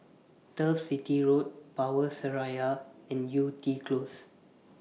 Turf City Road Power Seraya and Yew Tee Close